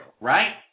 right